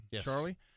Charlie